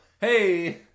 Hey